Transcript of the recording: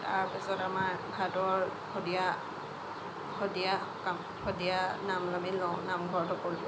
তাৰ পিছত আমাৰ ভাদৰ ভদীয়া ভদীয়া সকাম ভদীয়া নাম আমি লওঁ নামঘৰত সকলোৱে